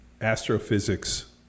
astrophysics